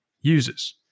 users